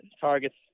targets